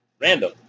Random